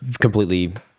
completely